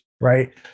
Right